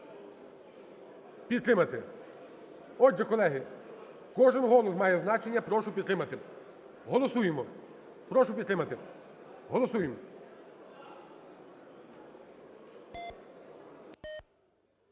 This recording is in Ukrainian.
підтримати. Отже, колеги, кожен голос має значення, прошу підтримати. Голосуємо. Прошу підтримати. Голосуємо.